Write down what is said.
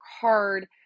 hard